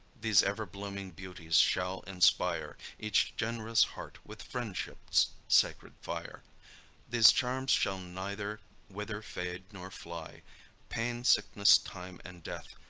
these ever-blooming beauties shall inspire each gen'rous heart with friendship's sacred fire these charms shall neither wither, fade, nor fly pain, sickness, time, and death,